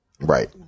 Right